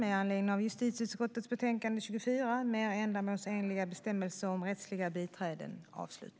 Mot denna bakgrund yrkar jag bifall till utskottets förslag i betänkandet.